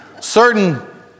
Certain